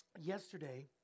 Yesterday